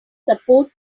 support